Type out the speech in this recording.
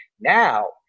Now